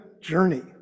journey